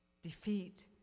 defeat